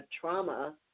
trauma